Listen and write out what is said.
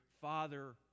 Father